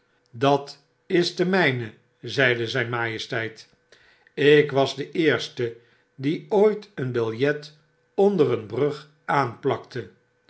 dat is de mgne zeide zgn majesteit ik was de eerste die ooit een biljet onder een brug aanplakte